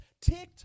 ticked